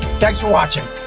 thanks for watching.